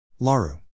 Laru